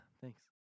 thanks